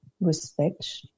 respect